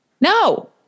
No